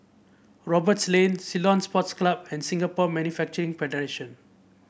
Roberts Lane Ceylon Sports Club and Singapore Manufacturing Federation